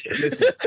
Listen